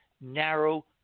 narrow